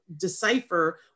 decipher